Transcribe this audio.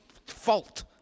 fault